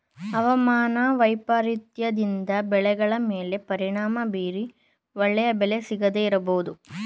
ಅವಮಾನ ವೈಪರೀತ್ಯದಿಂದ ಬೆಳೆಗಳ ಮೇಲೆ ಪರಿಣಾಮ ಬೀರಿ ಒಳ್ಳೆಯ ಬೆಲೆ ಸಿಗದೇ ಇರಬೋದು